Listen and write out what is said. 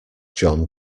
john